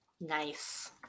Nice